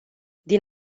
din